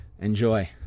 enjoy